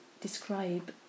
describe